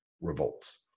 revolts